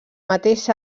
mateix